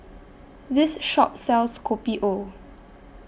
This Shop sells Kopi O